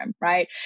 right